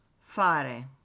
fare